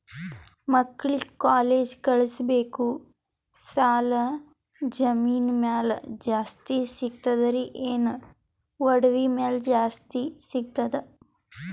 ಮಕ್ಕಳಿಗ ಕಾಲೇಜ್ ಕಳಸಬೇಕು, ಸಾಲ ಜಮೀನ ಮ್ಯಾಲ ಜಾಸ್ತಿ ಸಿಗ್ತದ್ರಿ, ಏನ ಒಡವಿ ಮ್ಯಾಲ ಜಾಸ್ತಿ ಸಿಗತದ?